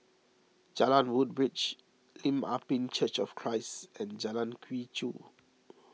Jalan Woodbridge Lim Ah Pin Church of Christ and Jalan Quee Chew